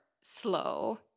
slow